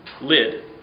lid